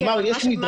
יש מדרגים.